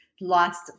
last